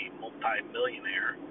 multi-millionaire